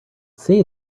say